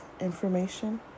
information